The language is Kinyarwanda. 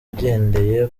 agendeye